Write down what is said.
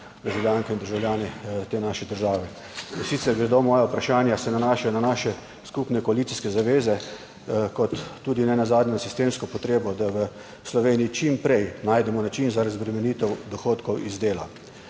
državljanke in državljane te naše države. Moja vprašanja se nanašajo na naše skupne koalicijske zaveze kot nenazadnje tudi na sistemsko potrebo, da v Sloveniji čim prej najdemo način za razbremenitev dohodkov iz dela.